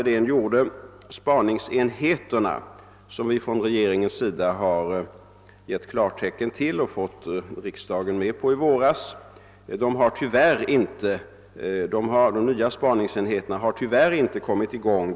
De nya spaningsenhetecr, vilka regeringen givit klartecken till och även fått riksdagens godkännande av i våras, har tyvärr ännu inte kommit i gång.